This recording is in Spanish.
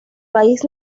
país